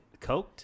Coked